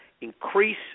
increase